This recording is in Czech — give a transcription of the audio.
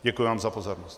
Děkuji vám za pozornost.